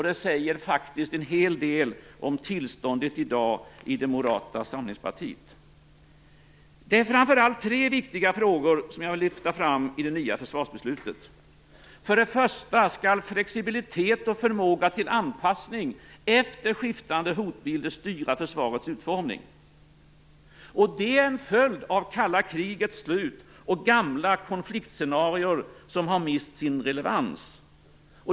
Det säger faktiskt en hel del om tillståndet i dag i Moderata samlingspartiet. Det är framför allt tre viktiga frågor som jag vill lyfta fram i det nya försvarsbeslutet. För det första skall flexibilitet och förmåga till anpassning efter skiftande hotbilder styra försvarets utformning. Det är en följd av det kalla krigets slut och gamla konfliktsenarier som har mist sin relevans.